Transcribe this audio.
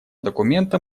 документа